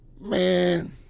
man